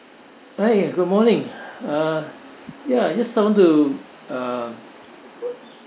hi good morning uh ya just I want to uh